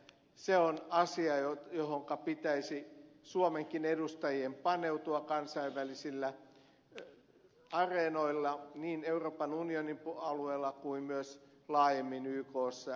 se on asia johonka pitäisi suomenkin edustajien paneutua kansainvälisillä areenoilla niin euroopan unionin alueella kuin myös laajemmin ykssa ja niin edelleen